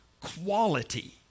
quality